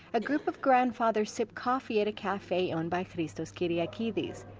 a group of grandfathers sip coffee at a cafe owned by christos kyriakidis.